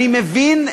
אני מבין,